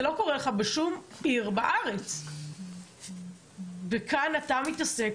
זה לא קורה לך בשום עיר בארץ וכאן אתה מתעסק,